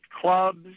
clubs